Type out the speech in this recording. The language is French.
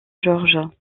georges